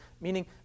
meaning